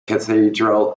cathedral